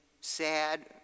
sad